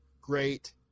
Great